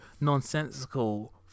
nonsensical